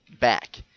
back